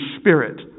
spirit